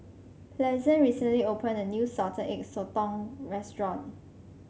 Pleasant recently opened a new Salted Egg Sotong restaurant